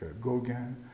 Gauguin